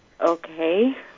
Okay